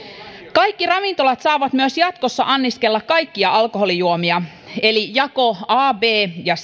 kaikki ravintolat saavat myös jatkossa anniskella kaikkia alkoholijuomia eli jako a b ja